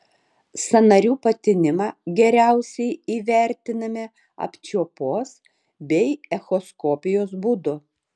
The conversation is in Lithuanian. sąnarių patinimą geriausiai įvertiname apčiuopos bei echoskopijos būdu